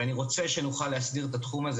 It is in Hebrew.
ואני רוצה שנוכל להסדיר את התחום הזה